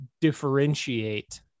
differentiate